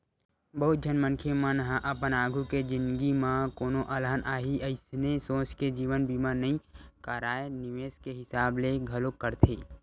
बहुत झन मनखे मन ह अपन आघु के जिनगी म कोनो अलहन आही अइसने सोच के जीवन बीमा नइ कारय निवेस के हिसाब ले घलोक करथे